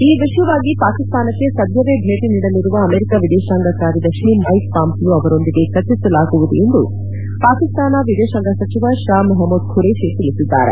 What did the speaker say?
ಈ ವಿಷಯವಾಗಿ ಪಾಕಿಸ್ತಾನಕ್ಕೆ ಸದ್ಯವೇ ಭೇಟಿ ನೀಡಲಿರುವ ಅಮೆರಿಕ ವಿದೇಶಾಂಗ ಕಾರ್ಯದರ್ಶಿ ಮೈಕ್ ಪಾಮ್ಪಿಯೋ ಅವರೊಂದಿಗೆ ಚರ್ಚಿಸಲಾಗುವುದು ಎಂದು ಪಾಕಿಸ್ತಾನ ವಿದೇಶಾಂಗ ಸಚಿವ ಷಾ ಮೆಪಮೂದ್ ಖುರೇಷಿ ತಿಳಿಸಿದ್ದಾರೆ